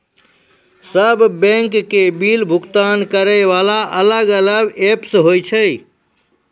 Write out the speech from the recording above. सब बैंक के बिल भुगतान करे वाला अलग अलग ऐप्स होय छै यो?